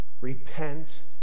Repent